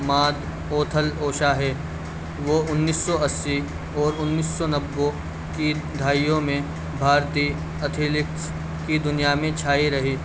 ماد اوتھل اوشا ہے وہ انیس سو اَسّی اور انیس سو نبّے کی دہائیوں میں بھارتی اتھلیٹکس کی دنیا میں چھائی رہی